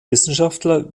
wissenschaftler